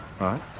Right